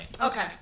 Okay